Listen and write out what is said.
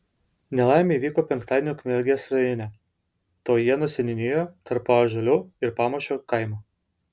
nelaimė įvyko penktadienį ukmergės rajone taujėnų seniūnijoje tarp paąžuolių ir pamūšio kaimų